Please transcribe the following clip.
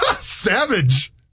Savage